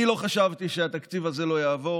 אני לא חשבתי שהתקציב הזה לא יעבור,